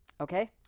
Okay